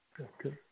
Okay